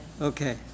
Okay